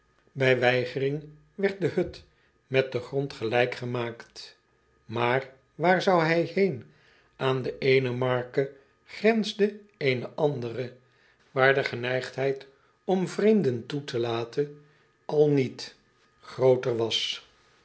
weigering werd de hut met den grond gelijk gemaakt aar waar zou hij heen an de eene marke grensde eene andere waar de geneigdheid om vreemden toe te laten al niet grooter was